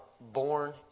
born